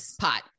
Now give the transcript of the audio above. pot